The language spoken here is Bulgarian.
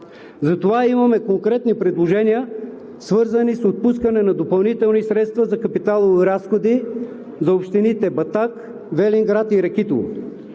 мрежа. Имаме конкретни предложения, свързани с отпускането на допълнителни средства за капиталови разходи за общините Батак, Велинград и Ракитово.